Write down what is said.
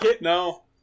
No